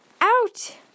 Out